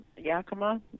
Yakima